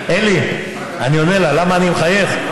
אלי, אני עונה לה למה אני מחייך.